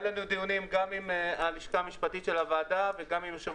עם הלשכה המשפטית של הוועדה וגם עם יושב